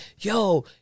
yo